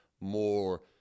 more